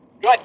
Good